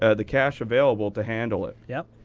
ah the cash available to handle it. yeah.